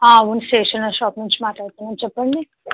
అవును stationery shop నుంచి మాట్లాడుతున్నాము చెప్పండి